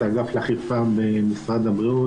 את אגף האכיפה במשרד הבריאות,